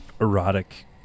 erotic